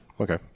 Okay